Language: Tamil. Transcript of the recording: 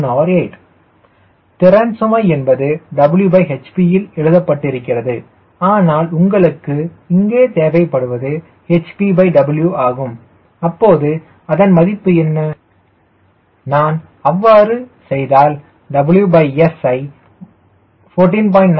9918 திறன் சுமை என்பது Whp இல் எழுதப்பட்டிருக்கிறது ஆனால் உங்களுக்கு இங்கே தேவைப்படுவது hpW ஆகும் எப்போது அதன் மதிப்பு என்ன நான் அவ்வாறு செய்து WS ஐ 14